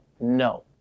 no